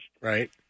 Right